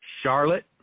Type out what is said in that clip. Charlotte